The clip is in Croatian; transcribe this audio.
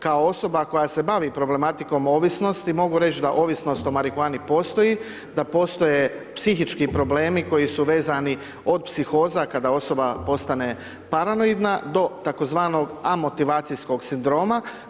Kao osoba koja se bavi problematikom ovisnosti, mogu reć da ovisnost o marihuani postoji, da postoje psihički problemi koji su vezani od psihoza, kada osoba postane paranoidna, do tzv. amotivacijskog sindroma.